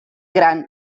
gran